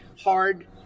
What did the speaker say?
hard